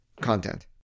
content